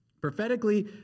Prophetically